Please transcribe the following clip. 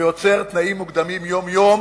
ויוצר תנאים מוקדמים יום-יום,